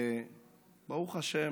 וברוך השם,